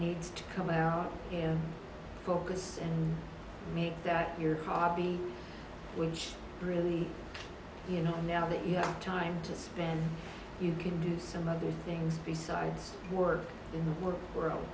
needs to come out in focus and make that your hobby which really you know now that you have time to spend you can do some other things besides work in the wor